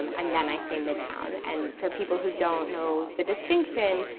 um and then i say midtown. and for people who don't know the distinction,